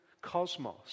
cosmos